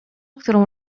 którą